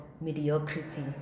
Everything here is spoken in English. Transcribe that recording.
mediocrity